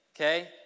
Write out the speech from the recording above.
Okay